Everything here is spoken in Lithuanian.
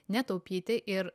netaupyti ir